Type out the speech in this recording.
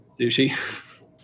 sushi